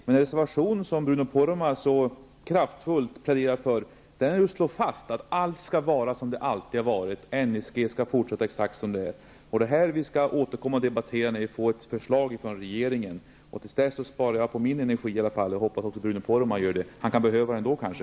Den reservation som Bruno Poromaa så kraftfullt pläderar för slår fast att allt skall vara som det är och att NSG skall fortsätta på exakt samma sätt. Vi vill återkomma till den här debatten när vi har fått ett förslag från regeringen. Till dess sparar jag min energi och hoppas att även Bruno Poromaa gör det. Han kan kanske behöva den då.